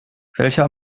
welcher